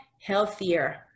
healthier